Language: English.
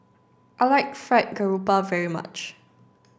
I like fried garoupa very much